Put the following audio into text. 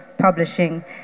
publishing